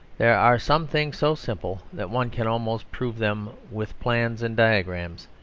there are some things so simple that one can almost prove them with plans and diagrams,